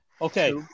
Okay